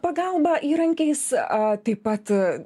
pagalba įrankiais a taip pat